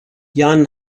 jan